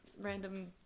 random